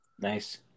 Nice